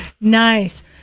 Nice